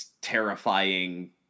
terrifying